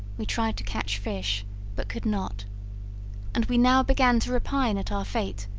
we tried to catch fish but could not and we now began to repine at our fate,